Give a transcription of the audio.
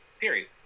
Period